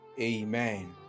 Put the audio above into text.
amen